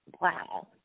Wow